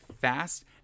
fast